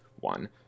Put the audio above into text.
one